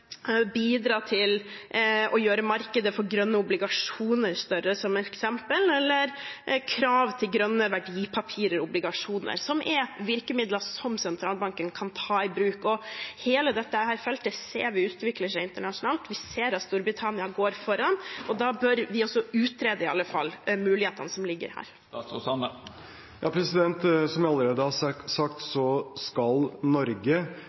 bidra til å gjøre markedet for grønne obligasjoner større, som et eksempel, eller krav til grønne verdipapirer/obligasjoner, som er virkemidler som sentralbanken kan ta i bruk. Hele dette feltet ser vi utvikler seg internasjonalt, vi ser at Storbritannia går foran, og da bør vi også i alle fall utrede mulighetene som ligger her. Som jeg allerede har sagt, skal Norge